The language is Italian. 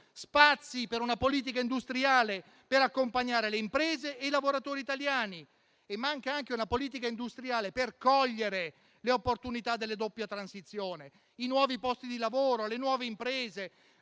spazi per una politica industriale che accompagnasse le imprese e i lavoratori italiani. Manca anche una politica industriale per cogliere le opportunità della doppia transizione, di nuovi posti di lavoro e nuove imprese.